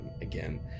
again